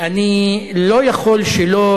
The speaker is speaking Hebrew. אני לא יכול שלא